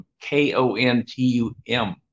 K-O-N-T-U-M